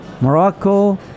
morocco